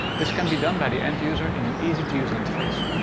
this can be done by the end-user in an easy-to-use interface.